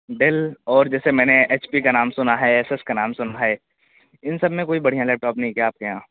deal اور جیسے میں نے ایچ پی کا نام سنا ہے ایسیس کا نام سنا ہے ان سب میں کوئی بڑھیاں لیپ ٹاپ ںہیں کیا آپ کے یہاں